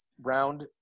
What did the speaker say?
round